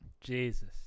Jesus